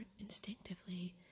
instinctively